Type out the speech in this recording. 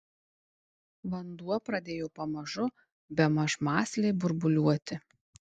vanduo pradėjo pamažu bemaž mąsliai burbuliuoti